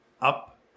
up